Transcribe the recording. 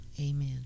Amen